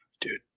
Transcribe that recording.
Dude